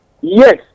Yes